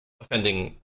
offending